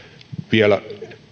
vielä